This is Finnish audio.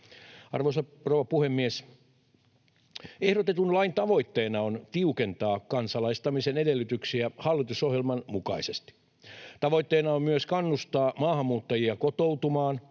Arvoisa rouva puhemies! Ehdotetun lain tavoitteena on tiukentaa kansalaistamisen edellytyksiä hallitusohjelman mukaisesti. Tavoitteena on myös kannustaa maahanmuuttajia kotoutumaan